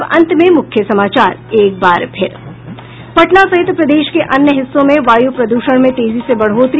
और अब अंत में मुख्य समाचार एक बार फिर पटना सहित प्रदेश के अन्य हिस्सों में वायु प्रदूषण में तेजी से बढ़ोतरी